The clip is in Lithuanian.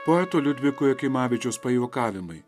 poeto liudviko jakimavičiaus pajuokavimai